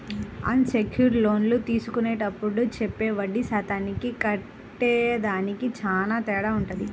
అన్ secured లోన్లు తీసుకునేప్పుడు చెప్పే వడ్డీ శాతానికి కట్టేదానికి చానా తేడా వుంటది